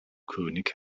könig